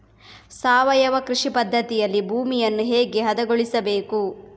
ಸಾವಯವ ಕೃಷಿ ಪದ್ಧತಿಯಲ್ಲಿ ಭೂಮಿಯನ್ನು ಹೇಗೆ ಹದಗೊಳಿಸಬೇಕು?